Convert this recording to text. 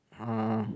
uh